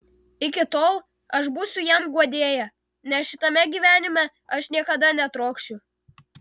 iki tol aš būsiu jam guodėja nes šitame gyvenime aš niekada netrokšiu